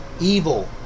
evil